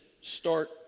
start